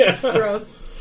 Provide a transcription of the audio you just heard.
Gross